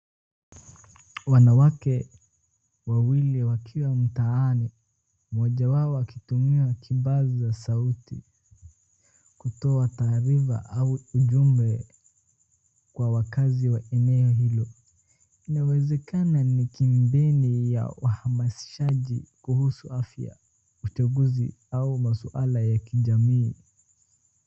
Wanawake wawili wakiwa mtaani mmoja wao akitumia kipaza sauti kutoa taarifa au ujumbe kwa wakazi wa eneo hilo. Inawezekana ni kampeni ya uhamasishaji kuhusu afya, uchaguzi ama maswala ya kijamii.